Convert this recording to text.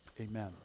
amen